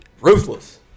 ruthless